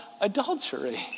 adultery